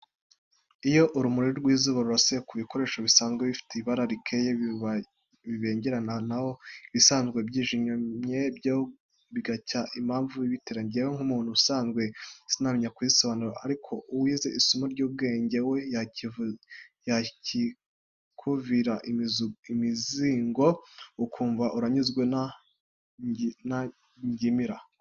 Iyo urumuri rw'izuba rurasiye ku bikoresho bisanzwe bifite ibara rikeye birabengerana, na ho ibisanzwe byijimye byo bigacya, impamvu ibitera njyewe nk'umuntu usanzwe sinamenya kuyisobanura ariko uwize isomo ry'ubugenge we yabikuvira imuzingo ukumva uranyuzwe, nta ngingimira.